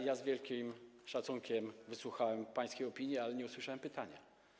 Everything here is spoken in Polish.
Ja z wielkim szacunkiem wysłuchałem pańskiej opinii, ale nie usłyszałem pytania.